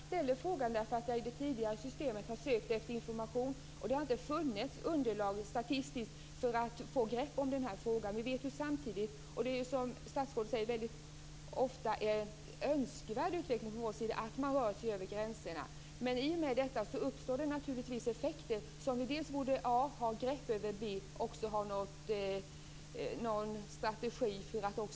Fru talman! Jag ställde frågan därför att jag har sökt efter information om detta i det tidigare systemet, men det har inte funnits statistiskt underlag för att få grepp om den här frågan. Det är ju, precis som statsrådet säger, väldigt ofta en önskvärd utveckling att man rör sig över gränserna, men i och med detta uppstår det naturligtvis effekter som vi dels borde ha grepp över, dels borde ha någon strategi för att möta.